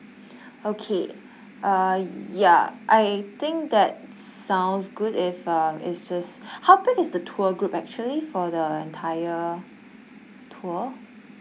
okay uh ya I think that sounds good if um it's just how big is the tour group actually for the entire tour